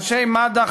אנשי מד"א,